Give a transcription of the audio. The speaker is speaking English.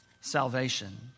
salvation